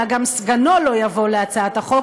אלא גם סגנו לא יבוא להצעת החוק,